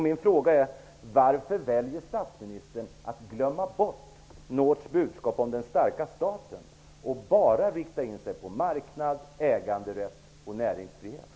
Min fråga är då: Varför väljer statsministern att glömma bort Norths budskap om den starka staten och bara rikta in sig på marknad, äganderätt och näringsfrihet?